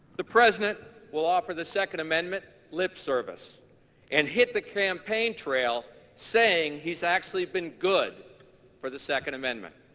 the president will offer the second amendment lip service and hit the campaign trail saying he's actually been good for the second amendment